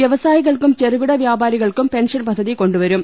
വൃവസായികൾക്കും ചെറുകിട വ്യാപാരികൾക്കും പെൻഷൻ പദ്ധതി കൊണ്ടുവരും